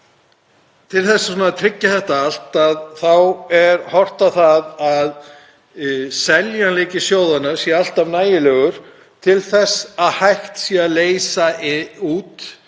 Til þess að tryggja þetta allt er horft til þess að seljanleiki sjóðanna sé alltaf nægilegur til þess að hægt sé að leysa út